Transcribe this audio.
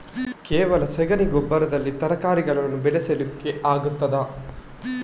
ಕೇವಲ ಸಗಣಿ ಗೊಬ್ಬರದಲ್ಲಿ ತರಕಾರಿಗಳನ್ನು ಬೆಳೆಸಲಿಕ್ಕೆ ಆಗ್ತದಾ?